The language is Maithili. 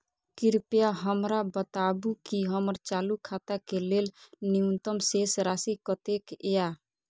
कृपया हमरा बताबू कि हमर चालू खाता के लेल न्यूनतम शेष राशि कतेक या